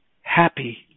happy